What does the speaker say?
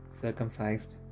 circumcised